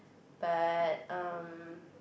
but um